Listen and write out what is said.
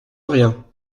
rien